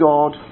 God